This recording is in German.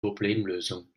problemlösung